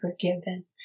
forgiven